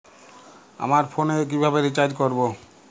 আমার ফোনে কিভাবে রিচার্জ করবো?